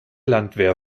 landwehr